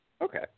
Okay